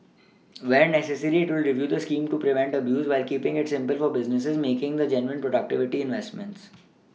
where necessary it will review the scheme to prevent abuse while keePing it simple for businesses making the genuine productivity investments